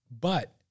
but-